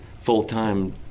full-time